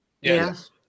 Yes